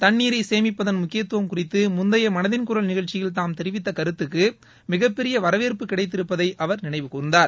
தண்ணீரை சேமிப்பதன் முக்கியத்துவம் குறித்து முந்தைய மனதின் குரல் நிகழ்ச்சியில் தாம் தெரிவித்த கருத்துக்கு மிகப்பெரிய வரவேற்பு கிடைத்திருப்பதை அவர் நினைவு கூர்ந்தார்